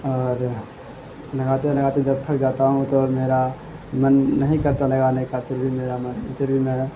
اور لگاتے لگاتے جب تھک جاتا ہوں تو میرا من نہیں کرتا لگانے کا پھر بھی میرا من پھر بھی میرا